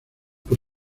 por